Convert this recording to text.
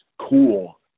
cool